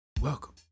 Welcome